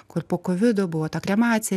kur po kovido buvo ta kremacija